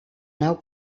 nau